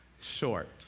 short